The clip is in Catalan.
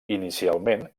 inicialment